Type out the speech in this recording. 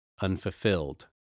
Unfulfilled